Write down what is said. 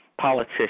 politician